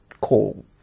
call